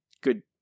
Good